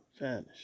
vanish